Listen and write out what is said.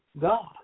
God